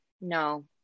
no